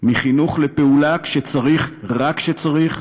מחינוך לפעולה כשצריך, רק כשצריך,